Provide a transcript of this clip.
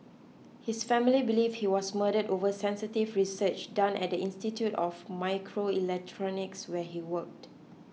his family believe he was murdered over sensitive research done at the Institute of Microelectronics where he worked